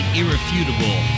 irrefutable